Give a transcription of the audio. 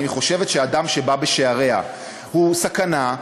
היא חושבת שאדם שבא בשעריה הוא סכנה,